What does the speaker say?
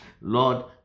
Lord